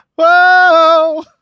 Whoa